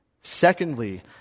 secondly